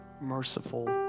merciful